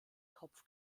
kopf